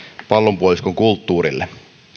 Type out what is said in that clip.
pallonpuoliskon kulttuurille